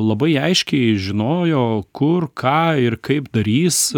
labai aiškiai žinojo kur ką ir kaip darys